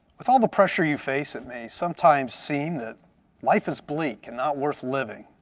with all the pressure you face, it may sometimes seem that life is bleak and not worth living,